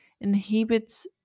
inhibits